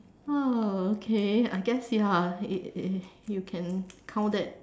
oh okay I guess ya it it you can count that